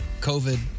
COVID